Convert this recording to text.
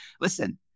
Listen